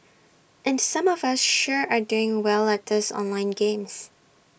and some of us sure are doing well at these online games